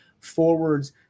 forwards